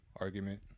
Argument